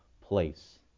place